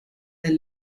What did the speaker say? der